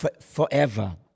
forever